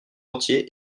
entier